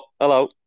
hello